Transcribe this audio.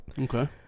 Okay